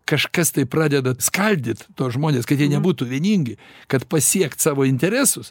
kažkas tai pradeda skaldyt tuos žmones kad jie nebūtų vieningi kad pasiekt savo interesus